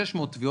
4,600 תביעות,